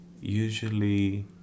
usually